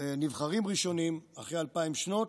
נבחרים ראשונים אחרי אלפיים שנות,